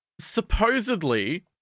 Supposedly